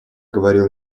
говорил